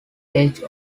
edge